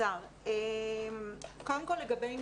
קודם כל לגבי נתונים.